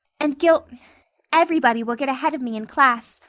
and gil everybody will get ahead of me in class.